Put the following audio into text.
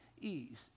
ease